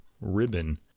Ribbon